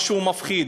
משהו מפחיד.